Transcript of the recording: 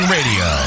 Radio